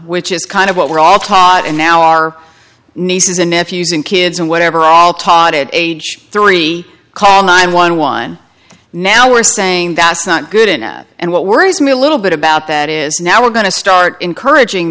which is kind of what we're all taught and now our nieces and nephews and kids and whatever we're all taught at age three call nine one one now we're saying that's not good enough and what worries me a little bit about that is now we're going to start encouraging